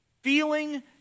Feeling